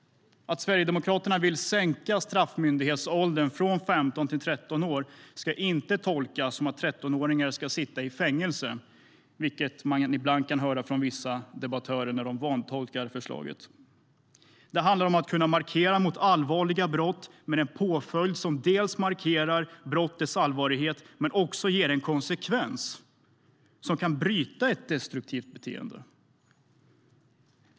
Att Sverigedemokraterna vill sänka straffmyndighetsåldern från 15 till 13 år ska inte tolkas som att 13-åringar ska sitta i fängelse, vilket man ibland kan höra från vissa debattörer när de vantolkar förslaget. Det handlar om att kunna markera mot allvarliga brott med en påföljd som dels markerar brottets allvarlighet, dels ger en konsekvens som kan bryta ett destruktivt beteende.